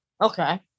Okay